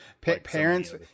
parents